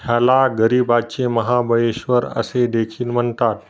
ह्याला गरीबाचे महाबळेश्वर असे देखील म्हणतात